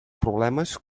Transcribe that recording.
problemes